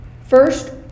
First